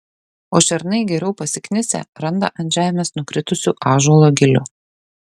o šernai geriau pasiknisę randa ant žemės nukritusių ąžuolo gilių